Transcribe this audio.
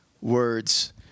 words